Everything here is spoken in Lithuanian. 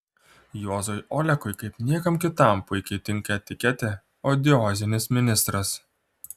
juozui olekui kaip niekam kitam puikiai tinka etiketė odiozinis ministras